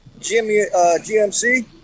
GMC